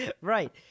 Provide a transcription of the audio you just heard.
Right